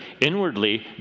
Inwardly